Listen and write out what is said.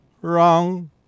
Wrong